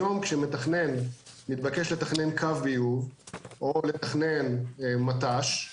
היום כשמתכנן מתבקש לתכנן קו ביוב או לתכנן מט"ש,